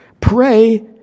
Pray